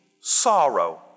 sorrow